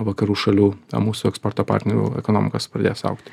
vakarų šalių mūsų eksporto partnerių ekonomikos pradės augti